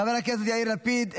חבר הכנסת יאיר לפיד,